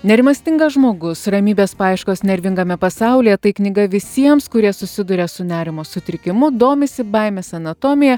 nerimastingas žmogus ramybės paieškos nervingame pasaulyje tai knyga visiems kurie susiduria su nerimo sutrikimu domisi baimės anatomija